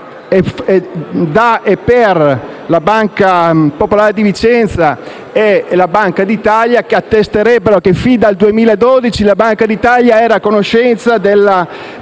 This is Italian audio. da e per la Banca popolare di Vicenza e la Banca d'Italia, che attesterebbero che fin dal 2012 la Banca d'Italia era a conoscenza dello